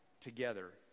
Together